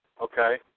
Okay